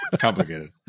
Complicated